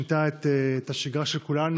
שידע העולם וזאת באמת מגפה ששינתה את השגרה של כולנו